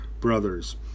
brothers